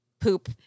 poop